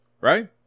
right